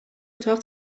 اتاق